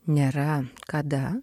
nėra kada